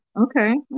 Okay